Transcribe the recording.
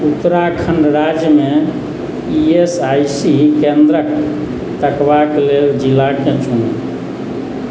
उत्तराखण्ड राज्यमे E S I C केन्द्रके तकबाके लेल जिलाकेँ चुनू